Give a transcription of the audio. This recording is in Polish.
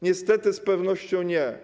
Niestety z pewnością nie.